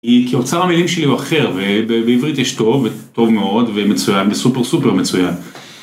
כי אוצר המילים שלי הוא אחר ובעברית יש טוב וטוב מאוד ומצוין וסופר סופר מצוין.